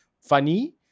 funny